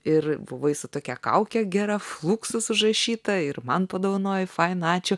ir buvai su tokia kauke gera fluksus užrašyta ir man padovanojai faina ačiū